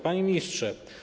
Panie Ministrze!